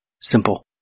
simple